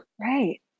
Right